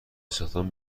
استخدام